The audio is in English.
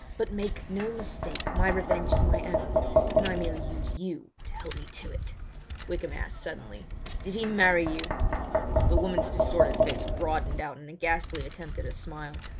but make no mistake, my revenge is my own and i merely use you to help me to it wykham asked suddenly did he marry you the woman's distorted face broadened out in a ghastly attempt at a smile.